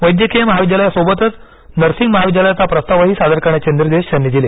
वैद्यकीय महाविद्यालयासोबतच नर्सिंग महाविद्यालयाचा प्रस्तावही सादर करण्याचे निर्देश त्यांनी दिले